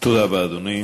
תודה רבה, אדוני.